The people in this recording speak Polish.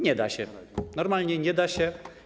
Nie da się, normalnie nie da się.